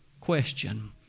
question